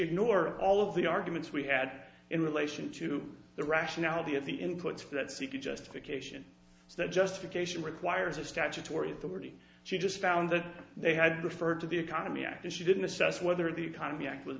ignore all of the arguments we had in relation to the rationality of the inputs that seek a justification that justification requires a statutory authority she just found that they had referred to the economy act and she didn't assess whether the economy act w